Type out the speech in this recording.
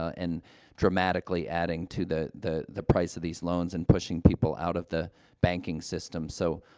and dramatically adding to the the the price of these loans and pushing people out of the banking system. so,